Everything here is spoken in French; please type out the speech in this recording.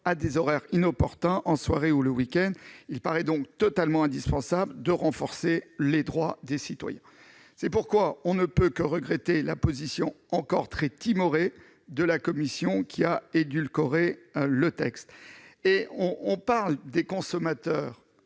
à des horaires inopportuns, en soirée ou le week-end, il paraît totalement indispensable de renforcer les droits des citoyens. C'est pourquoi on ne peut que regretter la position encore très timorée de la commission, qui a édulcoré le texte. On évoque volontiers les consommateurs